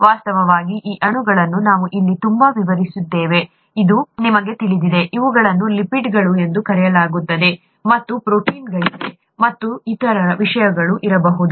ವಾಸ್ತವವಾಗಿ ಈ ಅಣುಗಳನ್ನು ನಾವು ಇಲ್ಲಿ ತುಂಬಾ ವಿವರಿಸುತ್ತಿದ್ದೇವೆ ಎಂದು ನಿಮಗೆ ತಿಳಿದಿದೆ ಇವುಗಳನ್ನು ಲಿಪಿಡ್ಗಳು ಎಂದು ಕರೆಯಲಾಗುತ್ತದೆ ಮತ್ತು ಪ್ರೋಟೀನ್ಗಳಿವೆ ಮತ್ತು ಇತರ ವಿಷಯಗಳೂ ಇರಬಹುದು